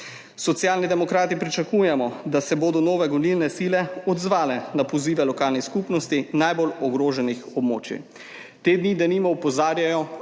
Socialni demokrati pričakujemo, da se bodo nove gonilne sile odzvale na pozive lokalnih skupnosti najbolj ogroženih območij. Te dni denimo opozarjajo